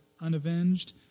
unavenged